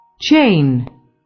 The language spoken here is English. Chain